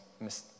Miss